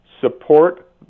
support